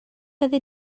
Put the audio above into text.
fyddi